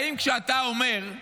האם כשאתה אומר: